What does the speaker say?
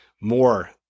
more